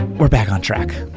we're back on track.